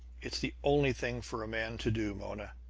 it's the only thing for a man to do, mona!